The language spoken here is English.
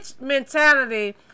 mentality